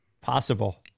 Possible